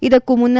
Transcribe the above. ಇದಕ್ಕೂ ಮುನ್ನ